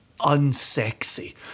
unsexy